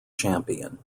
champion